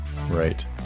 right